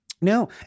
No